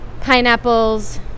pineapples